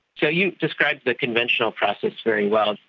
so you described the conventional process very well.